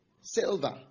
silver